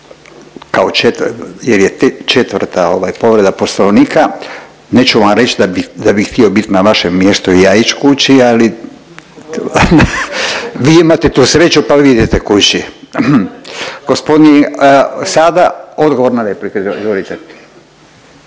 je četvrta povreda poslovnika, neću reći da bih htio bit na vašem mjestu i ja ić kući, ali vi imate tu sreću pa vi idete kući. Gospodin sada odgovor na repliku, izvolite.